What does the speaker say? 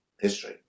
History